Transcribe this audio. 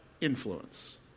influence